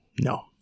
No